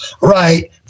right